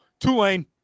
Tulane